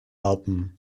album